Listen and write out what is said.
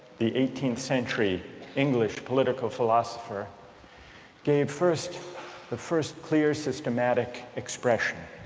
the eighteenth century english political philosopher gave first the first clear systematic expression